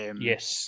Yes